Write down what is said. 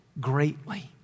greatly